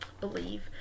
believe